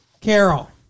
Carol